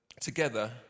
together